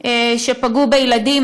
שפגעו בילדים.